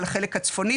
החלק הצפוני.